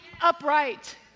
upright